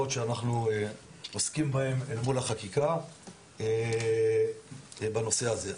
שאנחנו עוסקים בהן אל מול החקיקה בנושא הזה.